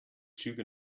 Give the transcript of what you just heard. züge